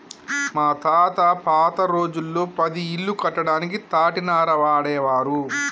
మా తాత పాత రోజుల్లో పది ఇల్లు కట్టడానికి తాటినార వాడేవారు